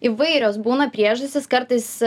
įvairios būna priežastys kartais